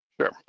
Sure